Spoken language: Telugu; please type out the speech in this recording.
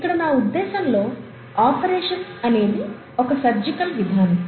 ఇక్కడ నా ఉద్దేశంలో ఆపరేషన్ అనేది ఒక సర్జికల్ విధానం